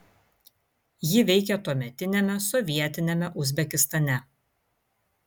ji veikė tuometiniame sovietiniame uzbekistane